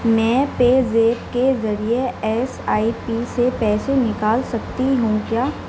میں PayZapp کے ذریعہ ایس آئی پی سے پیسے نکال سکتی ہوں کیا